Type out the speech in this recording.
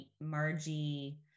Margie